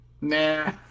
nah